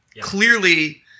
Clearly